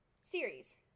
series